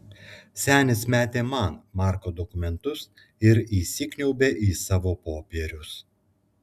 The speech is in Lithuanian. senis metė man marko dokumentus ir įsikniaubė į savo popierius